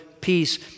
peace